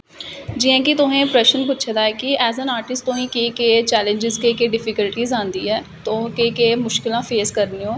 जियां कि तुसें ऐ प्रश्न पुच्छे दा ऐ कि एस एन आर्टिस्ट तुसें केह् केह् चैलेजस केह् केह् डिफीकलटीस आंदी ऐ तुस केह् केह् मुश्कलां फेस करने ओ